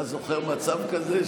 אתה זוכר מצב כזה,